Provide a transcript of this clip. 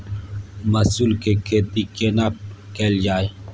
मसूर के खेती केना कैल जाय?